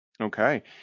Okay